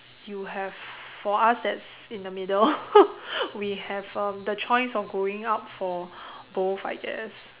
you have for us that's in the middle we have uh the choice of going out for both I guess